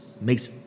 makes